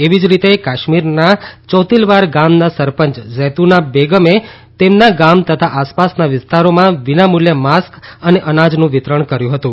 એવી જ રીતે કાશ્મીરના ચૌંતીલવાર ગામના સરપંચ ઝૈતુના બેગમે તેમના ગામ તથા આસપાસના વિસ્તારોમાં વિનામૂલ્યે માસ્ક અને અનાજનું વિતરણ કર્યું હતું